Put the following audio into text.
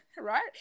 right